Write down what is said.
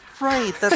right